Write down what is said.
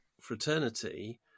fraternity